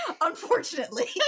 Unfortunately